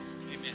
Amen